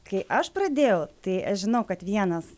kai aš pradėjau tai aš žinau kad vienas